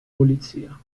polizia